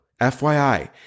FYI